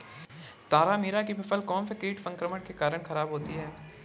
तारामीरा की फसल कौनसे कीट संक्रमण के कारण खराब होती है?